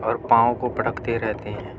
اور پاؤں کو پٹکتے رہتے ہیں